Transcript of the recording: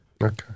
Okay